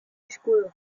escudo